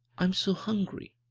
i'm so hungty